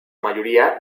mayoría